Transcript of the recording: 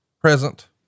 present